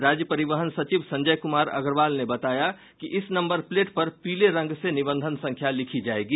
राज्य परिवहन सचिव संजय कुमार अग्रवाल ने बताया कि इस नम्बर प्लेट पर पीले रंग से निबंधन संख्या लिखी जायेगी